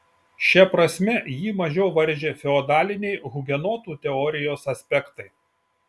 šia prasme jį mažiau varžė feodaliniai hugenotų teorijos aspektai